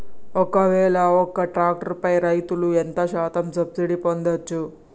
ఒక్కవేల ఒక్క ట్రాక్టర్ పై రైతులు ఎంత శాతం సబ్సిడీ పొందచ్చు?